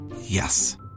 Yes